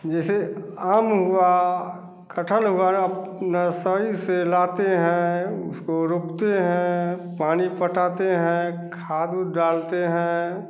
जैसे आम हुआ कटहल हुआ नर्सरी से लाते हैं उसको रोपते हैं पानी पटाते हैं खाद ऊ द डालते हैं